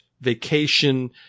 vacation